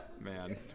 Man